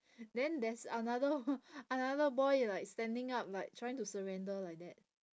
then there's another another boy like standing up like trying to surrender like that